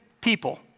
people